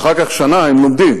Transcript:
ואחר כך שנה הם לומדים.